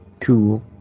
Cool